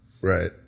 right